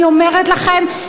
תודה.